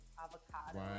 avocado